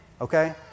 Okay